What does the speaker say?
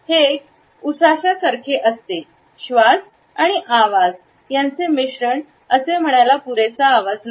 हे एक उसासासारखे आहे श्वास आणि आवाज यांचे मिश्रण असे म्हणायला पुरेसा आवाज नाही